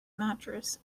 mattress